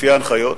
לפי ההנחיות,